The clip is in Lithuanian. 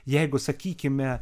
jeigu sakykime